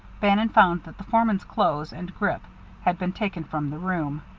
bannon found that the foreman's clothes and grip had been taken from the room.